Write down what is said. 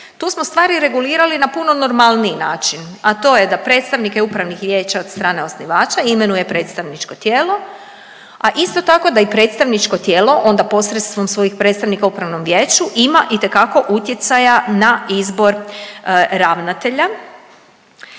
tu smo stvari regulirali na puno normalniji način, a to je da predstavnike upravnih vijeća od strane osnivača imenuje predstavničko tijelo, a isto tako da i predstavničko tijelo onda posredstvom svojih predstavnika u upravnom vijeću ima itekako utjecaja na izbor ravnatelja.